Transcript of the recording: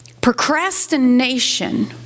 Procrastination